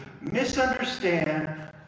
misunderstand